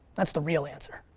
that's the real answer